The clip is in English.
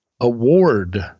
award